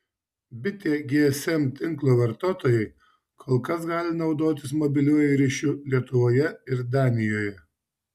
bitė gsm tinklo vartotojai kol kas gali naudotis mobiliuoju ryšiu lietuvoje ir danijoje